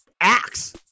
axe